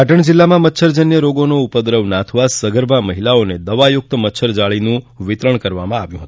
પાટણ જિલ્લામાં મચ્છરજન્ય રોગોનો ઉપદ્રવ નાથવા સગર્ભા મહિલાઓને દવાયુક્ત મચ્છરજાળીનું વિતરણ કરવામાં આવ્યું હતું